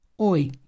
oi